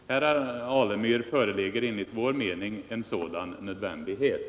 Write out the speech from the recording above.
Här, herr Alemyr, föreligger enligt vår mening en sådan nödvändighet.